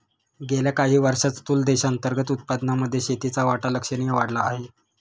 गेल्या काही वर्षांत स्थूल देशांतर्गत उत्पादनामध्ये शेतीचा वाटा लक्षणीय वाढला आहे